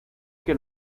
que